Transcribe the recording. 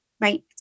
right